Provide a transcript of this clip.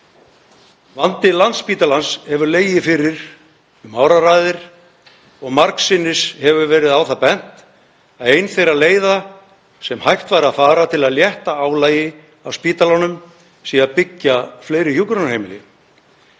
Vandi Landspítalans hefur legið fyrir um áraraðir og margsinnis hefur verið á það bent að ein þeirra leiða sem hægt væri að fara til að létta álagi af spítalanum sé að byggja fleiri hjúkrunarheimili.